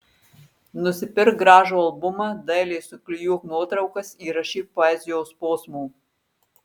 nusipirk gražų albumą dailiai suklijuok nuotraukas įrašyk poezijos posmų